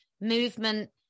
movement